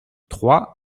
trois